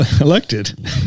elected